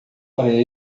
para